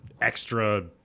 extra